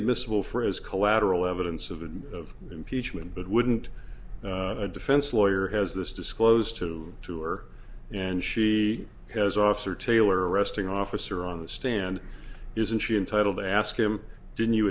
admissible for as collateral evidence of and of impeachment but wouldn't a defense lawyer has this disclosed to tour and she has officer taylor arresting officer on the stand isn't she entitled to ask him didn't you